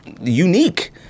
unique